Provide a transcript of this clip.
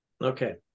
Okay